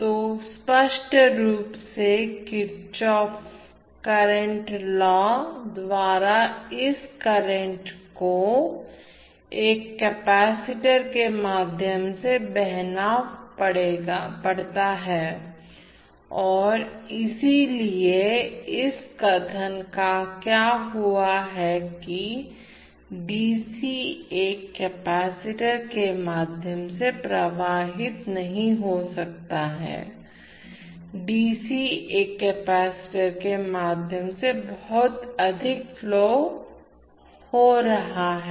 तो स्पष्ट रूप से किरचॉफ करंट लॉ द्वारा इस करंट को एक कपैसिटर के माध्यम से बहना पड़ता है और इसलिए इस कथन का क्या हुआ कि d c एक कपैसिटर के माध्यम से प्रवाहित नहीं हो सकता है d c एक कपैसिटर के माध्यम से बहुत अधिक फ्लो हो रहा है